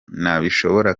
nabishobora